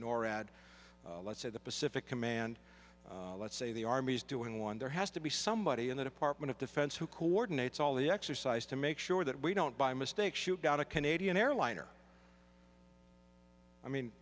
norad let's say the pacific command let's say the army's doing one there has to be somebody in the department of defense who coordinates all the exercise to make sure that we don't by mistake shoot down a canadian airliner i mean